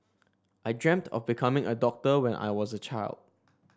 I dreamt of becoming a doctor when I was a child